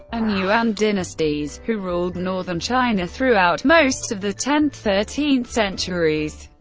and yuan dynasties, who ruled northern china throughout most of the tenth thirteenth centuries,